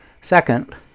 Second